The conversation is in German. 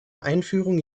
einführung